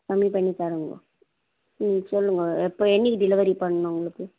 கம்மி பண்ணி தரோங்க ம் சொல்லுங்கள் எப்போ என்றைக்கி டெலிவரி பண்ணணும் உங்களுக்கு